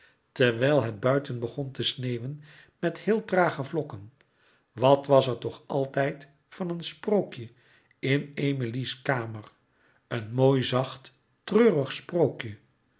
terwijl het buiten begon te sneeuwen met heel trage vlokken wat was er toch altijd van een sprookje in emilie's kamer een mooi zacht treurig sprookje